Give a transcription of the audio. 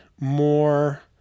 more